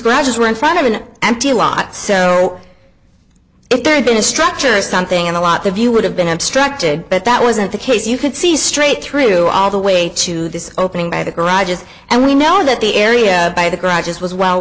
scratches were in front of an empty lot so if there'd been a structure or something and a lot of you would have been obstructed but that wasn't the case you could see straight through all the way to this opening by the garages and we know that the area by the garage is was well